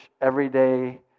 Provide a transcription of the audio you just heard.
everyday